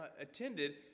attended